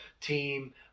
team